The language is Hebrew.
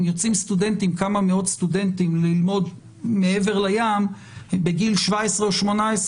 אם יוצאים כמה מאות סטודנטים ללמוד מעבר לים והם בגיל 17 או 18,